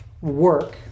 work